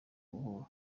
guhura